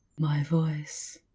my voice.